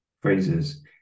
phrases